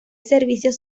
servicios